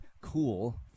cool